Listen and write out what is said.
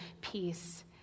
peace